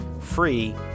free